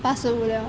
八十五了